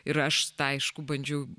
ir aš tai aišku bandžiau